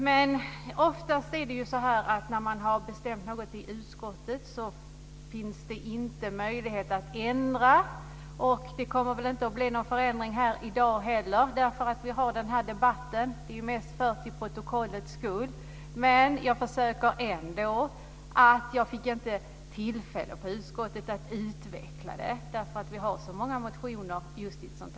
Det är oftast så att när man har bestämt något i utskottet finns det inte möjlighet till ändring, och det kommer väl inte heller i dag att bli någon förändring. Den här debatten är mest till för protokollets skull. Jag gör ändå ett försök. Jag fick inte tillfälle att utveckla detta i utskottet, eftersom vi behandlade så många motioner i betänkandet.